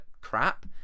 crap